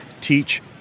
teach